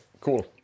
cool